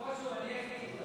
לא חשוב, אני אגיד לה.